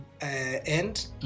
end